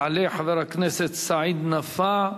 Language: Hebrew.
יעלה חבר הכנסת סעיד נפאע.